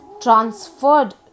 transferred